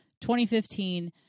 2015